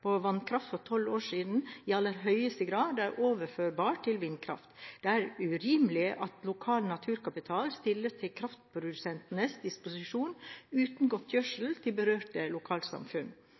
på vannkraft for 12 år siden, i aller høyeste grad er overførbar til vindkraft. Det er urimelig at lokal naturkapital stilles til kraftprodusentenes disposisjon uten godtgjørelse til berørte lokalsamfunn.